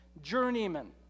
journeyman